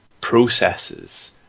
processes